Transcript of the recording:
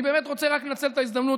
אני באמת רוצה רק לנצל את ההזדמנות.